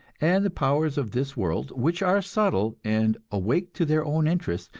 and the powers of this world, which are subtle, and awake to their own interests,